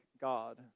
God